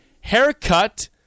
haircut